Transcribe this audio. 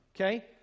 Okay